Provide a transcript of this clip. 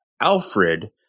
Alfred